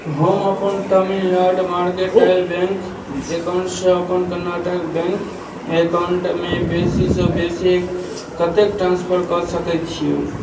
हम अपन Tamil Nadu mercantile bank एकाउंटसँ अपन कर्नाटक बैंक एकाउंटमे बेसीसँ बेसी कतेक ट्रांस्फर कऽ सकय छियै